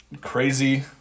crazy